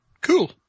cool